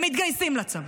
הם מתגייסים לצבא.